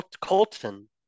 Colton